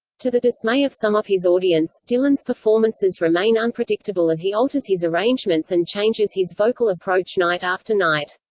to the dismay of some of his audience, dylan's performances remain unpredictable as he alters his arrangements and changes his vocal approach night after night.